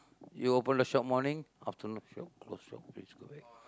you open the shop morning afternoon shop close shop please go back